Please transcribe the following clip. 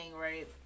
right